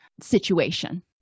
situation